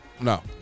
No